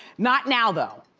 not now though!